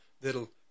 that'll